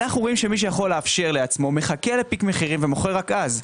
אנחנו רואים שמי שיכול לאפשר לעצמו מחכה לפיק מחירים ומוכר רק אז.